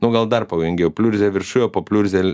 nu gal dar pavojingiau pliurzė viršuj o po pliurze